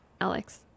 Alex